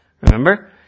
Remember